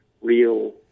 real